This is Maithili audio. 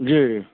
जी